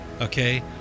okay